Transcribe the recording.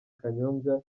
kanyombya